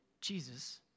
Jesus